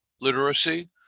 literacy